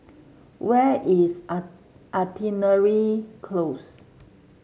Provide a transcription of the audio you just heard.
where is Artillery Close